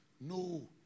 No